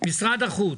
משרד החוץ.